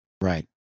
Right